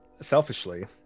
selfishly